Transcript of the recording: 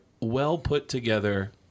well-put-together